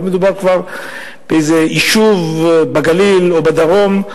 לא מדובר באיזה יישוב בגליל או בדרום,